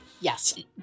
Yes